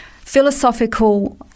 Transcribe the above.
philosophical